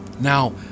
now